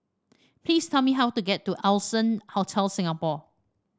please tell me how to get to Allson Hotel Singapore